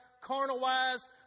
carnal-wise